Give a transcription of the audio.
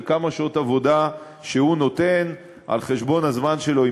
וכמה שעות עבודה שהוא נותן על חשבון הזמן שלו עם